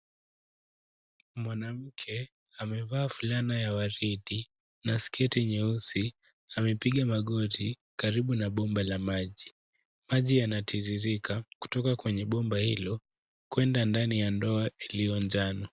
Mwanamke amevaa fulana ya waridi na sketi nyeusi. Amepiga magoti karibu na bomba la maji. Maji yanatiririka kutoka kwenye bomba hilo, kwenda ndani la ndoo iliyo njano.